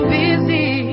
busy